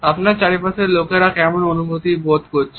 আপনার চারপাশের লোকেরা কেমন অনুভূতি বোধ করছে